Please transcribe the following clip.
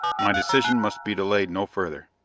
my decision must be delayed no further.